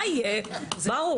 מה יהיה, ברוך?